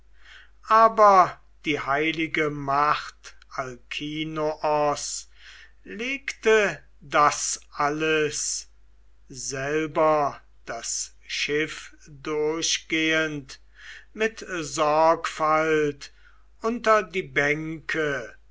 aber die heilige macht alkinoos legte das alles selber das schiff durchgehend mit sorgfalt unter die bänke